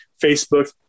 Facebook